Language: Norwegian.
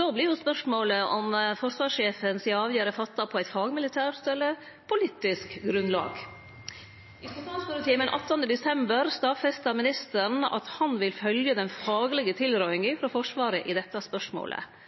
Då vert spørsmålet om avgjerda til forsvarssjefen er fatta på eit fagmilitært eller eit politisk grunnlag. I spontanspørjetimen den 18. desember stadfesta statsråden at han ville følgje den fagmilitære tilrådinga frå Forsvaret i dette spørsmålet.